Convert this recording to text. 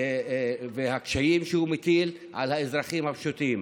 והקשיים שהוא מטיל על האזרחים הפשוטים,